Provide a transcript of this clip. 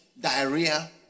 diarrhea